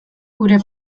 gure